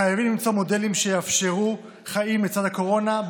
חייבים למצוא מודלים שיאפשרו חיים לצד הקורונה,